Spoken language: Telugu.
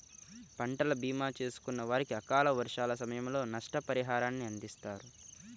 పంటల భీమా చేసుకున్న వారికి అకాల వర్షాల సమయంలో నష్టపరిహారాన్ని అందిస్తారు